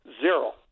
zero